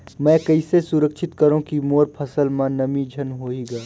मैं कइसे सुरक्षित करो की मोर फसल म नमी झन होही ग?